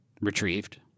retrieved